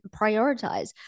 prioritize